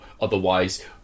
Otherwise